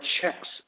checks